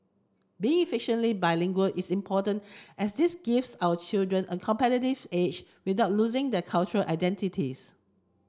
being effectively bilingual is important as this gives our children a competitive edge without losing their cultural identities